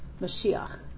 Mashiach